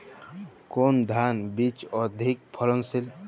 কোন ধান বীজ অধিক ফলনশীল?